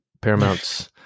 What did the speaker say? Paramount's